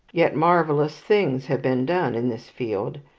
yet marvellous things have been done in this field.